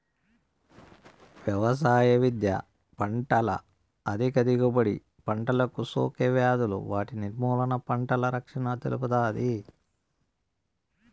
వ్యవసాయ విద్య పంటల అధిక దిగుబడి, పంటలకు సోకే వ్యాధులు వాటి నిర్మూలన, పంటల రక్షణను తెలుపుతాది